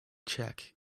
check